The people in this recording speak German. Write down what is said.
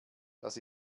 das